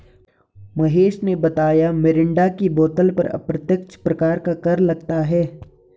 महेश ने बताया मिरिंडा की बोतल पर अप्रत्यक्ष प्रकार का कर लगता है